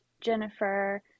Jennifer